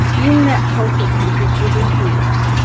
in that cultural context with nothing else,